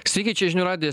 sveiki čia žinių radijas